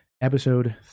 episode